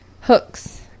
hooks